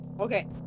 Okay